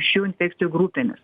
šių infekcijų grupėmis